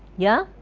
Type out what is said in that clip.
yeah?